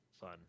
fun